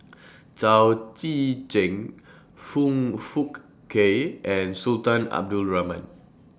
Chao Tzee Cheng Foong Fook Kay and Sultan Abdul Rahman